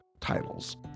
titles